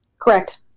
Correct